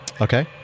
Okay